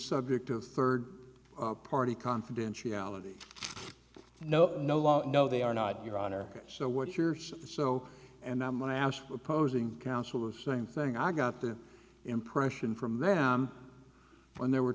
subject of third party confidentiality no no law no they are not your honor so what's yours so and i'm going to ask opposing counsel the same thing i got the impression from them when they were